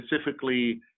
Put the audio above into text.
specifically